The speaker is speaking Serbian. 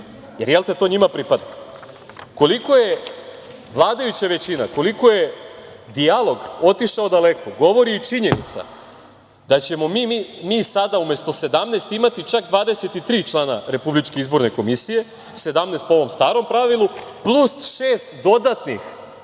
jer, jelte, to njima pripada. Koliko je vladajuća većina, koliko je dijalog otišao daleko, govori i činjenica da ćemo mi sada umesto 17 imati čak 23 člana RIK, 17 po ovom starom pravilu, plus šest dodatnih